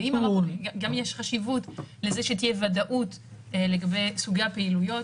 וגם יש חשיבות לזה שתהיה ודאות לגבי סוגי הפעילויות,